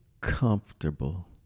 comfortable